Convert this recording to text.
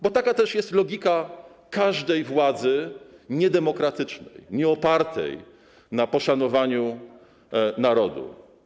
Bo taka też jest logika każdej władzy niedemokratycznej, nieopartej na poszanowaniu narodu.